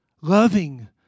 Loving